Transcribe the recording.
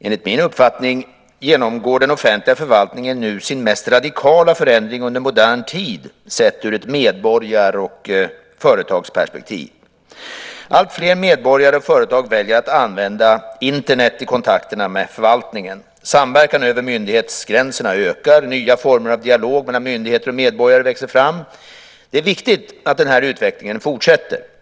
Enligt min uppfattning genomgår den offentliga förvaltningen nu sin mest radikala förändring under modern tid sett ur ett medborgar och företagsperspektiv. Alltfler medborgare och företag väljer att använda Internet i kontakterna med förvaltningen. Samverkan över myndighetsgränserna ökar. Nya former av dialog mellan myndigheter och medborgare växer fram. Det är viktigt att denna utveckling fortsätter.